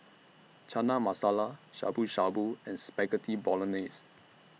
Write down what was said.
Chana Masala Shabu Shabu and Spaghetti Bolognese